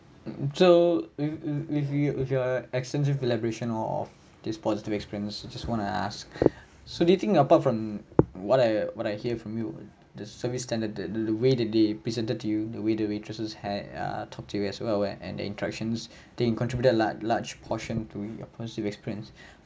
so with with with with your extensive elaboration of this positive experience I just wanna ask so do you think apart from what I what I hear from you the service standard that the way that they presented to you they way the waitresses had ah talk to you as well and and the interactions did it contributed large large portion to your positive experience